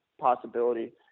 possibility